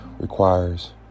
requires